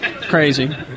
Crazy